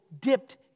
Dipped